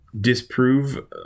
disprove